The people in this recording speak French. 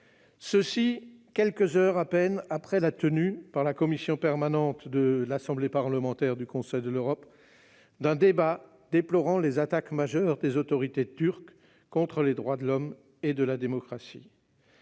ce quelques heures après la tenue, par la commission permanente de l'Assemblée parlementaire du Conseil de l'Europe, d'un débat déplorant les attaques majeures des autorités turques contre les droits de l'homme et la démocratie.